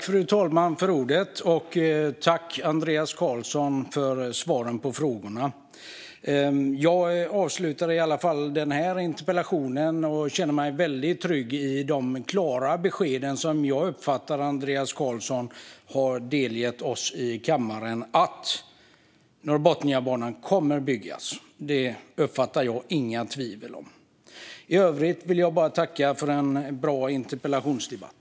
Fru talman! Tack, Andreas Carlson, för svaren på frågorna! Jag känner mig väldigt trygg med de klara besked som jag uppfattar att Andreas Carlson har gett oss i kammaren om att Norrbotniabanan kommer att byggas. Jag uppfattar inga tvivel om detta. I övrigt vill jag tacka för en bra interpellationsdebatt.